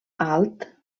alt